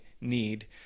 need